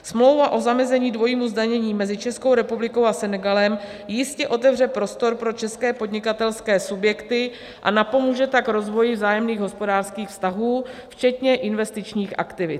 Smlouva o zamezení dvojímu zdanění mezi Českou republikou a Senegalem jistě otevře prostor pro české podnikatelské subjekty a napomůže tak rozvoji vzájemných hospodářských vztahů, včetně investičních aktivit.